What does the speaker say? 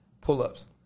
Pull-ups